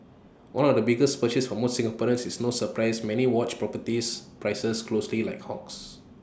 one of the biggest purchase for most Singaporeans it's no surprise many watch properties prices closely like hawks